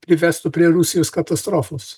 privestų prie rusijos katastrofos